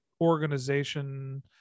organization